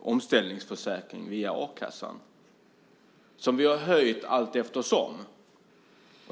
omställningsförsäkring via a-kassan, som vi har höjt allteftersom.